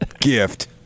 gift